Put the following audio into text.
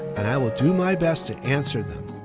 and i will do my best to answer them.